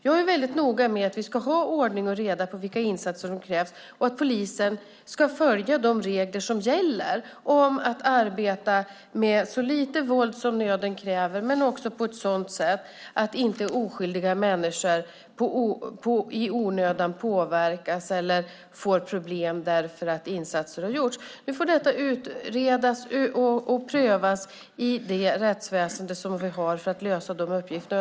Jag är noga med att vi ska ha ordning och reda när det gäller vilka insatser som krävs och att polisen ska följa de regler som gäller om att arbeta med så lite våld som nöden kräver men också på ett sådant sätt att inte oskyldiga människor i onödan påverkas eller får problem därför att insatser har gjorts. Nu får detta utredas och prövas i det rättsväsen som vi har för att lösa uppgifterna.